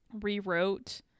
rewrote